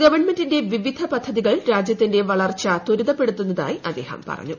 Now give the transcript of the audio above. government വിവിധ പദ്ധതികൾ രാജ്യത്തിന്റെ വളർച്ച ത്വരിതപ്പെടുത്തീയുതായി അദ്ദേഹം പറഞ്ഞു